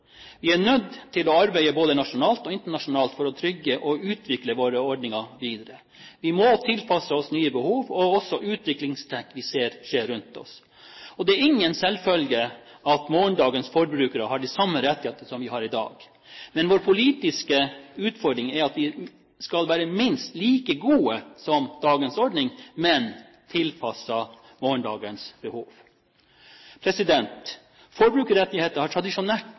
Vi er nødt til å arbeide både nasjonalt og internasjonalt for å trygge og utvikle våre ordninger videre. Vi må tilpasse oss nye behov og også utviklingstrekk vi ser skjer rundt oss. Det er ingen selvfølge at morgendagens forbrukere har de samme rettigheter som vi har i dag, men vår politiske utfordring er at de skal være minst like gode som dagens ordning, men tilpasset morgendagens behov. Forbrukerrettigheter har tradisjonelt